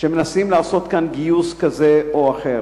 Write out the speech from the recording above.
שמנסים לעשות כאן גיוס כזה או אחר: